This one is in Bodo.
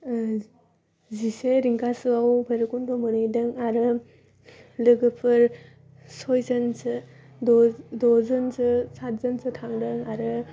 जिसे रिंगासोआव बैरब खुन्द' मोनहैदों आरो लोगोफोर सयजनसो द' द'जनसो सादसनसो थांदों आरो